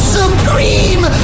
Supreme